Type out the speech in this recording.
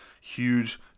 huge